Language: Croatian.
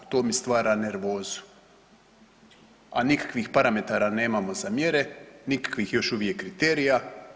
To mi stvara nervozu, a nikakvih parametara nemamo za mjere, nikakvih još uvijek kriterija.